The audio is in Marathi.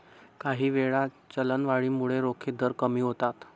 काहीवेळा, चलनवाढीमुळे रोखे दर कमी होतात